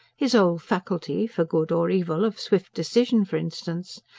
his old faculty for good or evil of swift decision, for instance.